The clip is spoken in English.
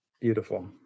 Beautiful